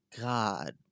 God